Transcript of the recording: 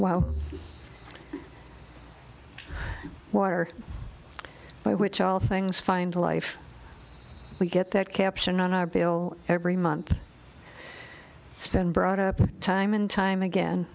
wow water by which all things find life we get that caption on our bill every month it's been brought up time and time again